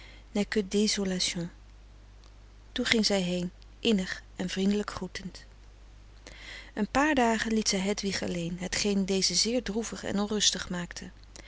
toen ging zij heen innig en vriendelijk groetend een paar dagen liet zij hedwig alleen hetgeen deze zeer droevig en onrustig maakte